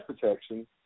protection